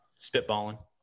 spitballing